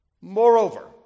Moreover